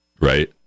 Right